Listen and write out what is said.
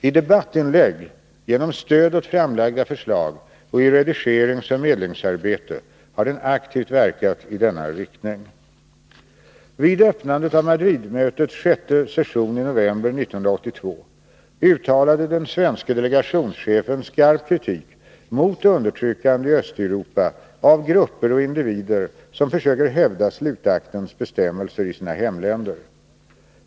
I debattinlägg, genom stöd åt framlagda förslag och i redigeringsoch medlingsarbete har den aktivt verkat i denna riktning. Vid öppnandet av Madridmötets sjätte session i november 1982 uttalade den svenske delegationschefen skarp kritik mot undertryckande i Östeuropa av grupper och individer som försöker hävda slutaktens bestämmelser i sina hemländer.